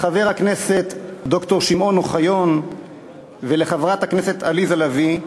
לחבר הכנסת ד"ר שמעון אוחיון ולחברת הכנסת עליזה לביא.